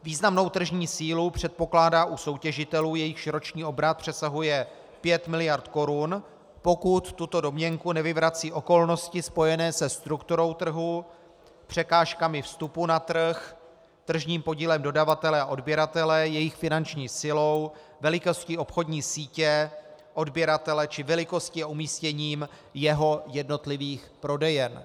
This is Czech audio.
Významnou tržní sílu předpokládá u soutěžitelů, jejichž roční obrat přesahuje 5 miliard korun, pokud tuto domněnku nevyvrací okolnosti spojené se strukturou trhu, překážkami vstupu na trh, tržním podílem dodavatele a odběratele, jejich finanční silou, velikostí obchodní sítě odběratele či velikostí a umístěním jeho jednotlivých prodejen.